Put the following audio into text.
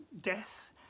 death